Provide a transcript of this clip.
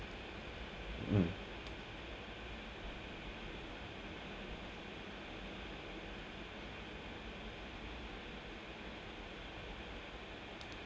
mm